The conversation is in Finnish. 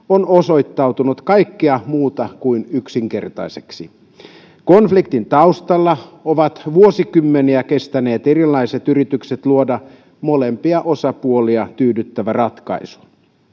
on osoittautunut kaikkea muuta kuin yksinkertaiseksi konfliktin taustalla ovat vuosikymmeniä kestäneet erilaiset yritykset luoda molempia osapuolia tyydyttävä ratkaisu